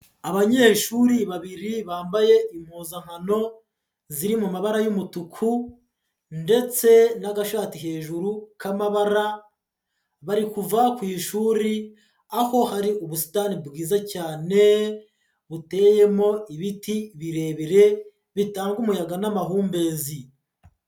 Abanyeshuri babiri bambaye impuzankano ziri mu mabara y'umutuku ndetse n'agashati hejuru k'amabara, bari kuva ku ishuri aho hari ubusitani bwiza cyane buteyemo ibiti birebire bitanga umuyaga n'amahumbezi.